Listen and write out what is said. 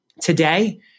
today